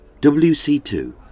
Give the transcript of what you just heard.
WC2